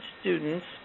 students